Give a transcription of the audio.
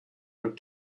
would